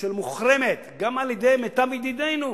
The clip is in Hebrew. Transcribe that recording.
של מוחרמת גם על-ידי מיטב ידידינו.